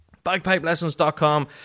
BagpipeLessons.com